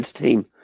team